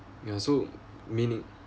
ya so meaning